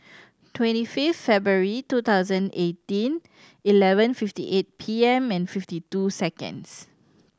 twenty fifth February two thousand eighteen eleven fifty eight P M and fifty two seconds